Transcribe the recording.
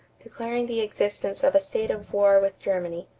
declaring the existence of a state of war with germany.